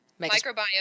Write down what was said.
Microbiome